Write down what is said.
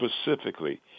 specifically